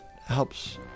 helps